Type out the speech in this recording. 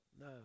no